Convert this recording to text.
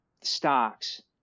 stocks